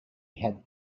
had